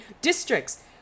districts